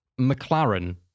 McLaren